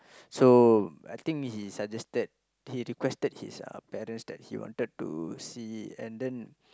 so I think he suggested he requested his parents that he wanted to see and then